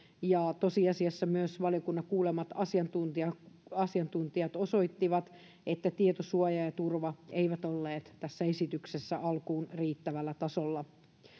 ja tosiasiassa myös valiokunnan kuulemat asiantuntijat asiantuntijat osoittivat että tietosuoja ja ja turva eivät olleet tässä esityksessä alkuun riittävällä tasolla